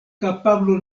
kapablo